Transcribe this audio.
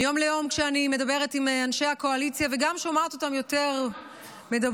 מיום ליום כשאני מדברת עם אנשי הקואליציה וגם שומעת אותם יותר מדברים,